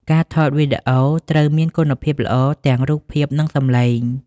ការថតវីដេអូត្រូវមានគុណភាពល្អទាំងរូបភាពនិងសម្លេង។